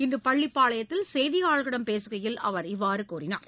இன்றுபள்ளிபாளையத்தில் செய்தியாளர்களிடம் பேசுகையில் அவர் இவ்வாறுகூறினார்